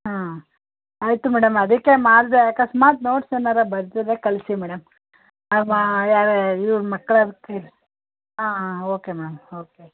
ಹಾಂ ಆಯಿತು ಮೇಡಮ್ ಅದಕ್ಕೆ ಮಾಡಿದೆ ಅಕಸ್ಮಾತ್ ನೋಟ್ಸ್ ಏನಾರೂ ಬರೆದಿದ್ರೆ ಕಳಿಸಿ ಮೇಡಮ್ ಅದು ಇವ್ರ ಮಕ್ಳ ಯಾರ ಕೈಲಿ ಹಾಂ ಹಾಂ ಓಕೆ ಮೇಡಮ್ ಓಕೆ